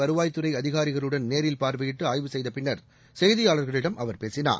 வருவாய்த்துறை அதிகாரிகளுடன் நேரில் பார்வையிட்டு ஆய்வு செய்தபின்னர் செய்தியாளர்களிடம் அவர் பேசினார்